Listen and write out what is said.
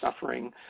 suffering